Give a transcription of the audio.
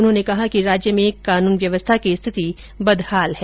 उन्होंने कहा कि राज्य में कानून व्यवस्था की स्थिति बदहाल है